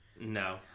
no